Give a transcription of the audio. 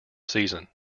season